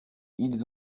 ils